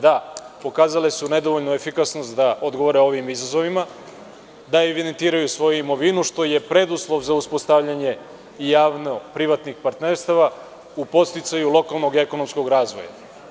Da pokazale su nedovoljnu efikasnost da odgovore ovim izazovima, da evidentiraju svoju imovinu, što je preduslov za uspostavljanje javno-privatnih partnerstva u podsticaju lokalnog i ekonomskog razvoja.